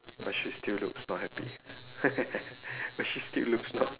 but she still looks not happy but she still looks not